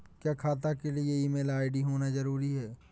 क्या खाता के लिए ईमेल आई.डी होना जरूरी है?